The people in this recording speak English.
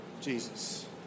Jesus